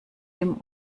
dem